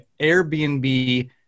Airbnb